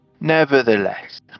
Nevertheless